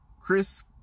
Chris